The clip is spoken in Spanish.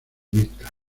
mixtas